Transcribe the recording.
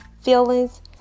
feelings